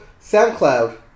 SoundCloud